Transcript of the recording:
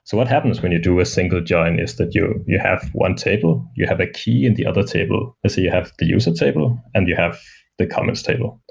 so what happens when you do a single join is that you you have one table. you have a key in the other table. let's say you have the user table and you have the comments table.